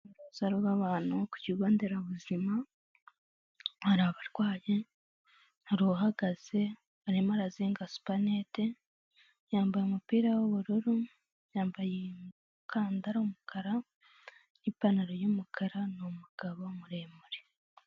Uruza rw'abantu ku kigo nderabuzima hari abarwayi, hari uhagaze arimo arazinga supanete, yambaye umupira w'ubururu yambaye umukandara w'umukara n'ipantaro y'umukara ni umugabo muremure.